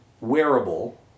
wearable